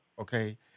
okay